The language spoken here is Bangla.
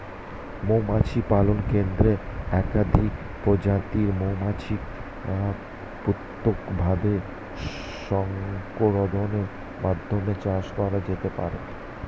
মৌমাছি পালন কেন্দ্রে একাধিক প্রজাতির মৌমাছিকে পৃথকভাবে সংরক্ষণের মাধ্যমে চাষ করা যেতে পারে